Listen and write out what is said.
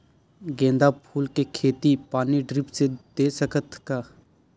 गेंदा फूल के खेती पानी ड्रिप से दे सकथ का?